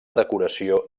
decoració